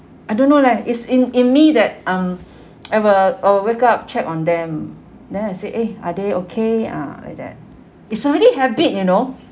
I don't know leh is in in me that um I will I will wake up check on them then I said eh are they okay uh like that it's already habit you know